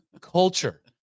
culture